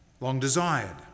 long-desired